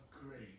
great